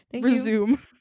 resume